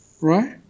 Right